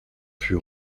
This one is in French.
fut